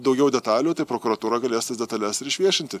daugiau detalių tai prokuratūra galės tas detales ir išviešinti